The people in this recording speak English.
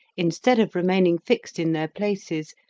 instead of remaining fixed in their places,